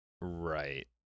Right